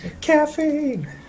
caffeine